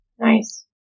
Nice